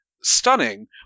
stunning